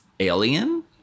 Alien